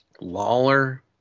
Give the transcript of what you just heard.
Lawler